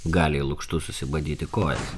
gali į lukštus susibadyti kojas